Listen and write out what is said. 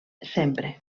sempre